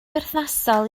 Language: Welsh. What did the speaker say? berthnasol